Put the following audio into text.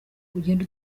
ugenda